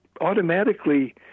automatically